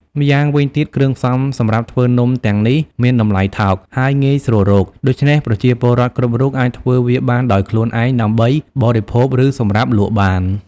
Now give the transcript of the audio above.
យ៉ាងវិញទៀតគ្រឿងផ្សំសម្រាប់ធ្វើនំទាំងនេះមានតម្លៃថោក ហើយងាយស្រួលរក ដូច្នេះប្រជាពលរដ្ឋគ្រប់រូបអាចធ្វើវាបានដោយខ្លួនឯងដើម្បីបរិភោគ ឬសម្រាប់លក់បាន។